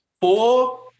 Four